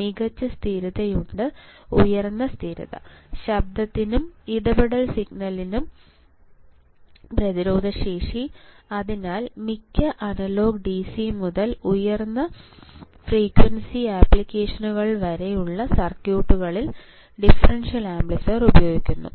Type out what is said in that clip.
മികച്ച സ്ഥിരതയുണ്ട് ഉയർന്ന സ്ഥിരത ശബ്ദത്തിനും ഇടപെടൽ സിഗ്നലിനും പ്രതിരോധശേഷി അതിനാൽ മിക്ക അനലോഗ് DC മുതൽ ഉയർന്ന ഫ്രീക്വൻസി ആപ്ലിക്കേഷനുകൾ വരെയുള്ള സർക്യൂട്ടുകളിൽ ഡിഫറൻഷ്യൽ ആംപ്ലിഫയർ ഉപയോഗിക്കുന്നു